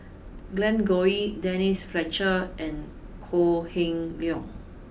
Glen Goei Denise Fletcher and Kok Heng Leun